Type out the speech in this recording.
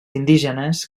indígenes